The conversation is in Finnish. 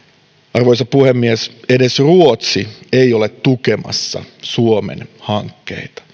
arvoisa puhemies edes ruotsi ei ole tukemassa suomen hankkeita